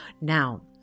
Now